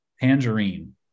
tangerine